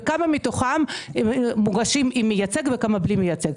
וכמה מתוכם מוגשים עם מייצג וכמה בלי מייצג,